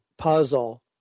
puzzle